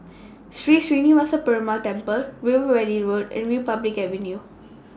Sri Srinivasa Perumal Temple River Valley Road and Republic Avenue